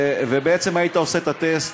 ובעצם היית עושה את הטסט.